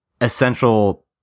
essential